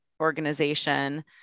organization